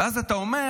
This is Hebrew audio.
ואז אתה אומר,